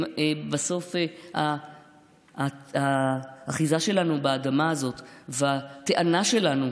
בסוף האחיזה שלנו באדמה הזו והטענה שלנו,